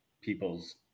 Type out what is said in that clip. people's